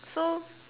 so